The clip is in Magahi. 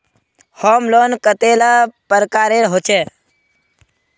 होम लोन कतेला प्रकारेर होचे?